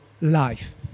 life